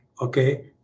okay